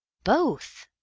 both!